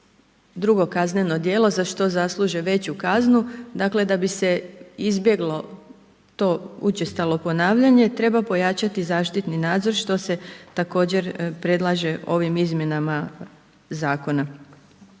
drugo kazneno djelo za što zasluže veću kaznu, dakle da bi se izbjeglo to učestalo ponavljanje treba pojačati zaštitni nadzor što se također predlaže ovim izmjenama Zakona.